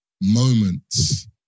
Moments